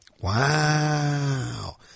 Wow